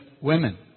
women